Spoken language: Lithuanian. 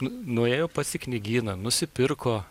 nuėjo pats į knygyną nusipirko